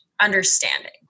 understanding